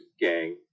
gang